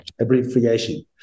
abbreviation